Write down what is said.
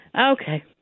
Okay